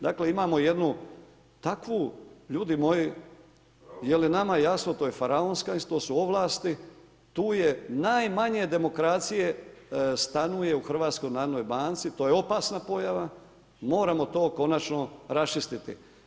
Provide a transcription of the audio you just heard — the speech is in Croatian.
Dakle imamo jednu takvu, ljudi moji je li nama jasno, to je faraonska, to su ovlasti, tu je najmanje demokracije stanuje u HNB-u, to je opasna pojava, moramo to konačno raščistiti.